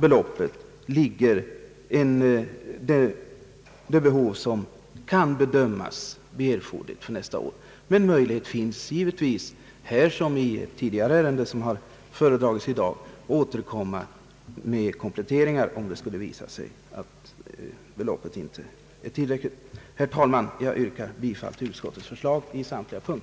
beloppet täcker det behov som kan bedömas uppstå för nästa år. Möjlighet finns givetvis här såväl som i ärende vi behandlat tidigare i dag att återkomma med kompletteringar, om det skulle visa sig att beloppet inte är tillräckligt. Herr talman! Jag yrkar bifall till utskottets förslag på samtliga punkter.